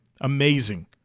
amazing